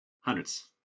Hundreds